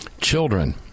children